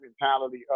mentality